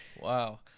Wow